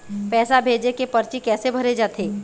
पैसा भेजे के परची कैसे भरे जाथे?